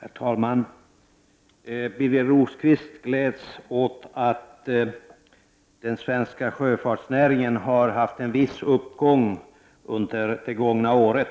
Herr talman! Birger Rosqvist gläds åt att den svenska sjöfartsnäringen har haft en viss uppgång under det gångna året.